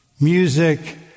music